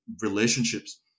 relationships